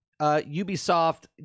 Ubisoft